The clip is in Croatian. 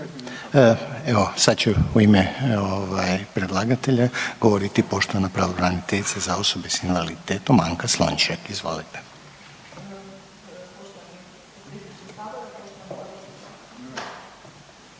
Evo, sad će u ime predlagatelja govoriti poštovana pravobraniteljica za osobe sa invaliditetom, Anka Slonjšak. Izvolite.